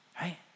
right